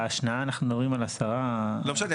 בהשנעה אנחנו מדברים על 10. לא משנה.